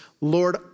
Lord